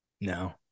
No